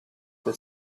the